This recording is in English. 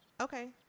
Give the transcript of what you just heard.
Okay